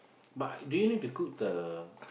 but I do you need to cook the